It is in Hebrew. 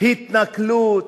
התנכלות.